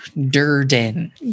Durden